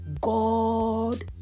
God